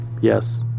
Yes